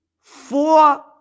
Four